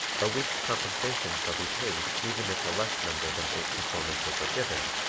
a week's compensation shall be paid even if a less number than eight performances are given,